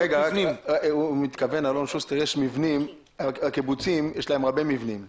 עוד מבנים לקיבוצים יש להם הרבה מבנים פנויים.